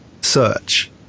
search